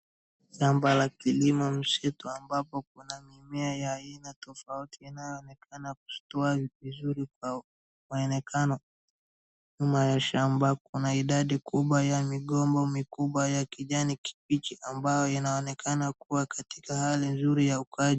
Shamba la kilimo msitu ambapo kuna aina tofauti inayonekana kushutua vizuri kwa maenekano. Nyuma ya shamba kuna idadi kubwa ya migomba mikubwa ya kijani mbichi ambao inaonekana kuwa katika hali nzuri ya ukaaji.